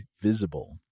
Visible